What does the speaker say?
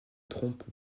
trompent